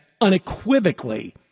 unequivocally